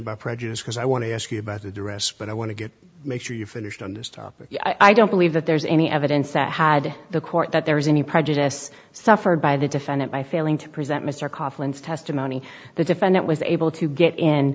about prejudice because i want to ask you about the dress but i want to get make sure you finished on this topic i don't believe that there's any evidence that had the court that there was any prejudice suffered by the defendant by failing to present are coffins testimony the defendant was able to get